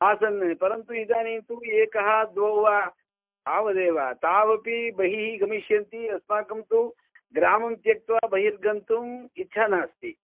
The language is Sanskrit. आसन् परन्तु इदानीं तु एकः द्वौ वा तावदेव तावपि बहिः गमिष्यन्ति अस्माकं तु ग्रामं त्यक्त्वा बहिर्गन्तुम् इच्छा नास्ति